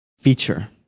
feature